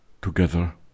together